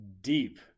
deep